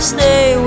Stay